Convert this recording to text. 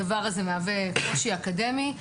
הדבר הזה מהווה קושי אקדמי.